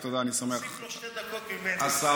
תודה, אני שמח, השר, תוסיף לו שתי דקות ממני.